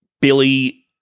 Billy